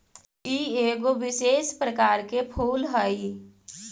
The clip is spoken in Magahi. ई एगो विशेष प्रकार के फूल हई